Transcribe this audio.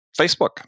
Facebook